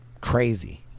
crazy